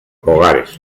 hogares